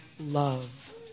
love